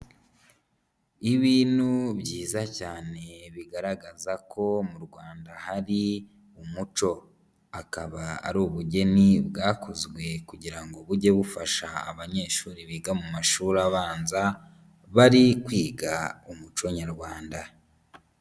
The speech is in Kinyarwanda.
Ibintu byiza cyane bigaragaza ko mu Rwanda hari umuco, akaba ari ubugeni bwakozwe kugira ngo bujye bufasha abanyeshuri biga mu mashuri abanza, bari kwiga umuco nyarwanda.